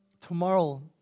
tomorrow